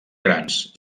grans